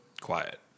quiet